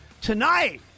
Tonight